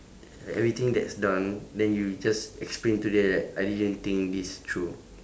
like everything that's done then you just explain to them that I didn't think this through